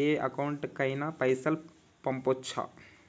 ఏ account కైనా పైసల్ పంపొచ్చా?